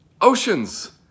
oceans